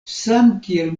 samkiel